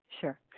Sure